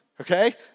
Okay